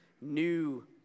new